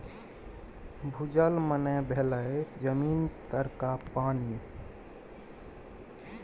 भूजल मने भेलै जमीन तरका पानि